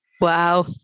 Wow